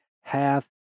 hath